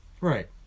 right